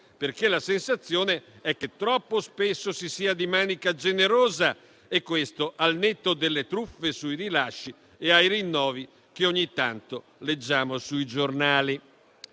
perché la sensazione è che troppo spesso si sia di manica generosa, e questo al netto delle truffe sui rilasci e sui rinnovi che ogni tanto leggiamo sui giornali.